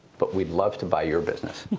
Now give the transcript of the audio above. but we'd love to buy your business.